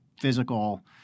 physical –